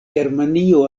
germanio